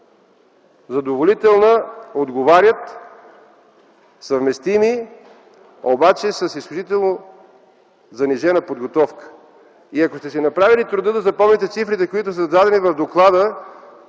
„Задоволителна” – отговарят, „Съвместими” – с изключително занижена подготовка. Обаче ако сте си направили труда да запомните цифрите, дадени в доклада,